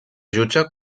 jutge